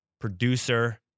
producer